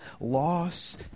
loss